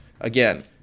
again